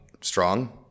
strong